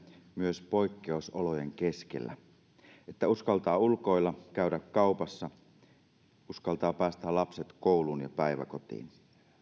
myös poikkeusolojen keskellä että uskaltaa ulkoilla käydä kaupassa uskaltaa päästää lapset kouluun ja päiväkotiin